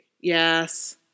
Yes